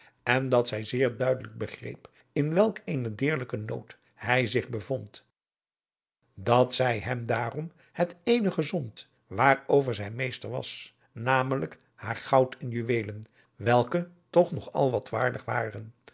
en dat zij zeer duidelijk begreep in welk een deerlijken nood hij zich bevond dat zij hem daarom het eenige zond waar over zij meester was namelijk haar goud en juweelen welke toch nog al wat waardig waren